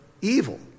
evil